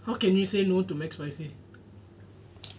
how can you say no to mac spicy